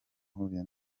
uhuye